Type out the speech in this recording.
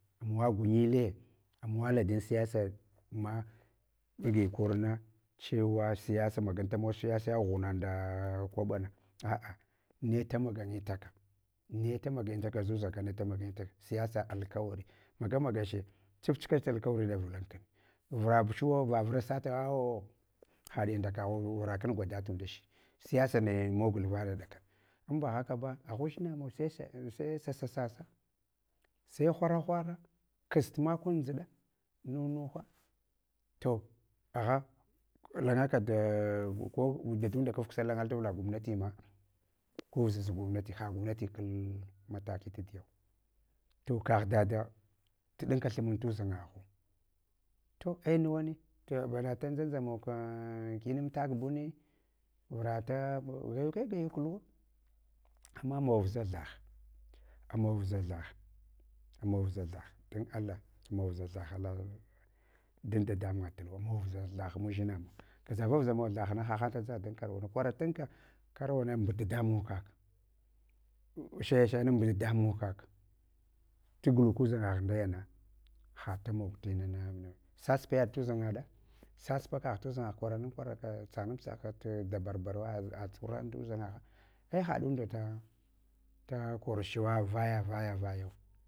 Amawa gunyile amavala dan siyasa ma kagi korna chuwa siyasa magentamau siyasa ghuna nda kwaɓana a’a neta maganitaka, netamagayitaka zwʒaka, netamaganyitaka siyasa alkawari, maga magache chif chikat alkawari davilanku vurabchuwa vavuch sata hadun nda kaghu vurakinda tunda shide siyasa naya mogul vaya dakan ambahakaba agha udʒinamawa sai sesa sasa sai hwang hwara, kas tumakun ziɗa, num numha to agha langaka da koda lhundunda kafkusal langal darla gwamnatima kuvusas gwamnati ha gwamnati kal mati taiyau. To kagh dada tuɗanka thumung tuʒangaghu, ti ai nuwani to bama ta zanza mau kinamtak bumi, vurata gwayuke gwayuk huwa, ama mawa vuʒa thah, amawa vuʒa thah, amawa vuʒa thah don allah amawa vuʒa thah, don da damunga tulwa, amawa vuʒa thath mudʒinamau, gaʒa vavuʒa mawa thah na haha taʒagha dan karwanu, kwara tanda karwthni mbu dadamungu vak, shayeshayena mbud da damun kak tughugl, ndayana hatamog inana inanu, sas payaɗ tudʒangaɗa, saspakagh tudʒangagh kwara nan kwaraka, tsagha nab tsagha toh daburbaruwa tsuhura ndu ʒang agha. Aihaɗu da da korchewa vyi viyawu.